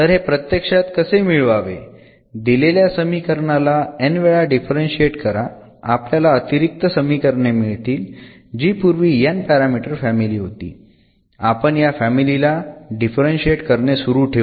तर हे प्रत्यक्षात कसे मिळवावे दिलेल्या समीकरणाला n वेळा डिफरंशिएट करा आपल्याला अतिरिक्त समीकरणे मिळतील जी पूर्वी n पॅरामीटर फॅमिली होती आपण या फॅमिली ला डिफरंशिएट करणे सुरु ठेऊ